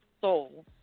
soul